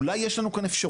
אולי יש לנו אפשרות,